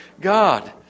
God